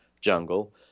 jungle